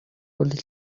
گلی